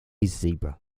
zebra